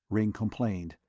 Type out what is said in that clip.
ringg complained,